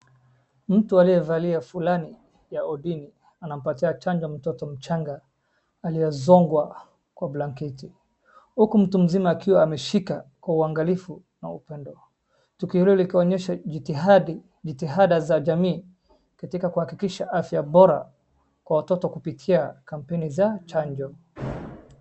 Mtu aliyevalia fulani ya odini anampatia chanjo mtoto mchanga aliyezongwa kwa blanketi. Huku mtu mzima akiwa ameshika kwa uangalifu na upendo. Tukarudi ikaonyesha jitihadi, jitidada za jamii katika kuhakikisha afya bora kwa watoto kupitia kampeni za chanjo.